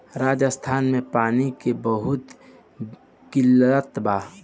राजस्थान में पानी के बहुत किल्लत बा